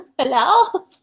Hello